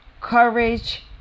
courage